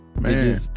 Man